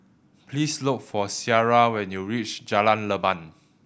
please look for Ciara when you reach Jalan Leban